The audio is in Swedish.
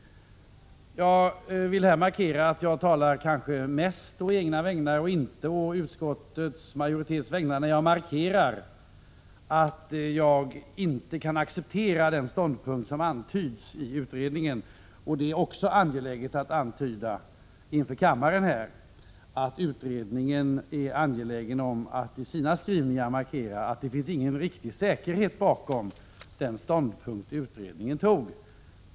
Jag vill betona att jag kanske mest talar å egna vägnar och inte å utskottsmajoritetens, när jag markerar att jag inte kan acceptera den ståndpunkt som antyds i utredningen. Det är också viktigt att framhålla inför kammaren att utredningen är angelägen om att i sina skrivningar markera att det inte finns någon riktig säkerhet bakom den ståndpunkt utredningen intog.